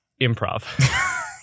Improv